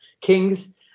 kings